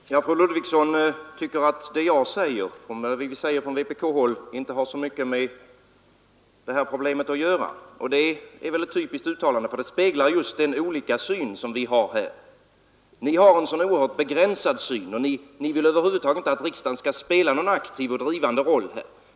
Herr talman! Fru Ludvigsson tycker att det vi säger från vpk-håll inte har så mycket med det här problemet att göra. Det är ett typiskt uttalande, för det speglar just hur olika syn vi har här. Ni på ert håll har en så oerhört begränsad syn. Ni vill över huvud taget inte att riksdagen skall spela en aktiv och pådrivande roll i denna fråga.